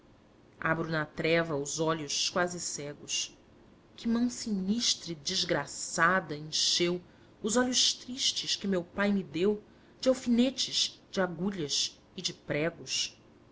abro na treva os olhos quase cegos que mão sinistra e desgraçada encheu os olhos tristes que meu pai me deu de alfinetes de agulhas e de pregos